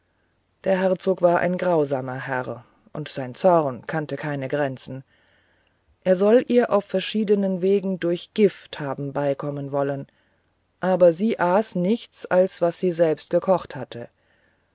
der herzog war ein grausamer herr und sein zorn kannte keine grenzen er soll ihr auf verschiedenen wegen durch gift haben beikommen wollen aber sie aß nichts als was sie selbst gekocht hatte